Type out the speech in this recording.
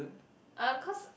uh cause